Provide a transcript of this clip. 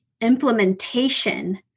implementation